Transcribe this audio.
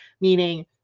meaning